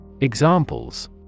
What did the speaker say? Examples